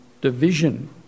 division